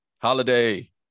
Holiday